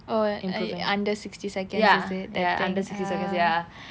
oh I uh under sixty seconds is it the thing (uh huh)